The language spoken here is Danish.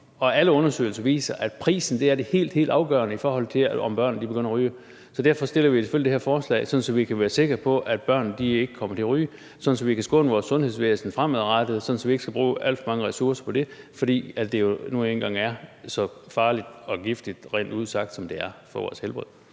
Og alle undersøgelser viser, at prisen er det helt, helt afgørende, i forhold til om børn begynder at ryge. Derfor fremsætter vi selvfølgelig det her forslag, så vi kan være sikre på, at børn ikke kommer til at ryge, sådan at vi kan skåne vores sundhedsvæsen fremadrettet, så vi ikke skal bruge alt for mange ressourcer på det. For det er nu engang farligt og giftigt, rent ud sagt, for vores helbred.